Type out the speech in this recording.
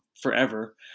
forever